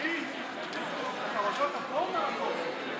אנחנו נחכה רגע שחברי הכנסת ירדו הנה.